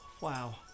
wow